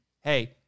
hey